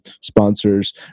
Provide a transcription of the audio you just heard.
sponsors